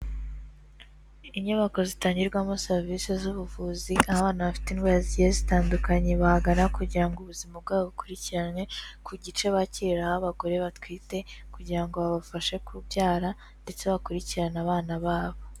Inyubako zitangirwamo serivisi z'ubuvuzi abana bafite indwara zigiye zitandukanye bahagarara kugira ngo ubuzima bwabo bukurikiranwe ku gice bakiriraho abagore batwite, kugira ngo babafashe kubyara ndetse bakurikirane abana babo.